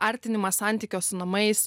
artinimą santykio su namais